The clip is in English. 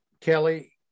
Kelly